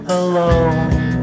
alone